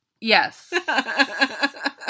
Yes